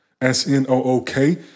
S-N-O-O-K